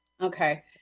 okay